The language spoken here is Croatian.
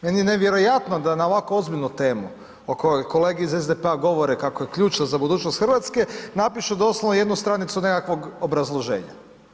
Meni je nevjerojatno da na ovako ozbiljnu temu o kojoj kolege iz SDP-a govore kako je ključna za budućnost Hrvatske, napišu doslovno jednu stranicu nekakvog obrazloženja.